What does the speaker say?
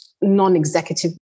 non-executive